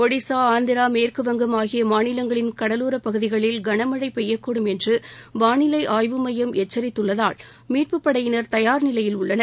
ஒடிஷா ஆந்திரா மேற்குவங்கம் ஆகிய மாநிலங்களின் கடலோரப் பகுதிகளில் கனமழை பெய்யக்கூடும் என்று வானிலை ஆய்வு எமயம் எச்சரித்துள்ளதால் மீட்புப்படையினர் தயார் நிலையில் உள்ளனர்